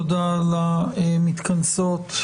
תודה למתכנסות.